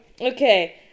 Okay